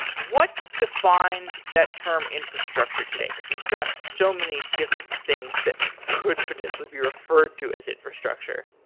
what defines that term infrastructure today, because we've got so many different things that could potentially be referred to as infrastructure?